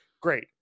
Great